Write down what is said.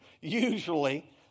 usually